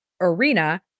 arena